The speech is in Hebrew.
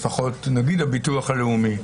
לפחות נגיד הביטוח הלאומי,